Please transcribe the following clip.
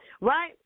right